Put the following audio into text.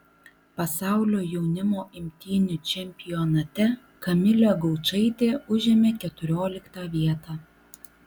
pasaulio jaunimo imtynių čempionate kamilė gaučaitė užėmė keturioliktą vietą